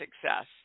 success